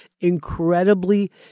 incredibly